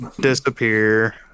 disappear